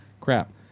crap